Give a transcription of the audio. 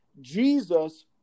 jesus